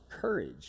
courage